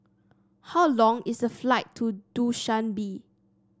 how long is the flight to Dushanbe